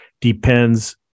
depends